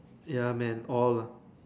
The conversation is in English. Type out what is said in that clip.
ya man all lah